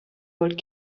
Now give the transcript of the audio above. old